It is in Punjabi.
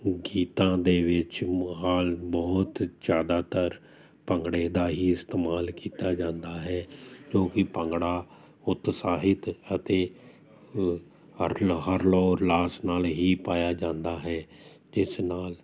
ਗੀਤਾਂ ਦੇ ਵਿੱਚ ਮਾਹੌਲ ਬਹੁਤ ਜ਼ਿਆਦਾਤਰ ਭੰਗੜੇ ਦਾ ਹੀ ਇਸਤੇਮਾਲ ਕੀਤਾ ਜਾਂਦਾ ਹੈ ਕਿਉਂਕਿ ਭੰਗੜਾ ਉਤਸ਼ਾਹਿਤ ਅਤੇ ਓ ਹਰਲ ਉੱਲਾਸ ਨਾਲ ਹੀ ਪਾਇਆ ਜਾਂਦਾ ਹੈ ਜਿਸ ਨਾਲ